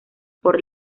por